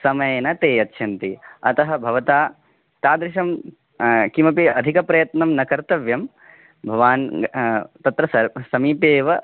समयेन ते यच्छन्ति अतः भवता तादृशं किमपि अधिकप्रयत्नं न कर्तव्यं भवान् तत्र सः समीपे एव